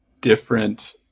different